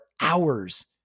hours